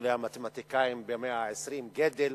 מגדולי המתמטיקאים במאה העשרים, גדל,